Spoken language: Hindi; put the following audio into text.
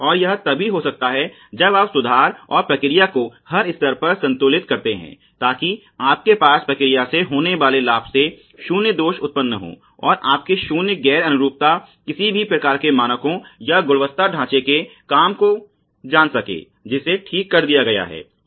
और यह तभी हो सकता है जब आप सुधार और प्रक्रिया को हर स्तर पर संतुलित करते हैं ताकि आपके पास प्रक्रिया से होने वाले लाभ से शून्य दोष उत्पन्न हो और आप के शून्य गैर अनुरूपता किसी भी प्रकार के मानकों या गुणवत्ता ढांचे के काम को जान सके जिसे ठीक कर दिया गया है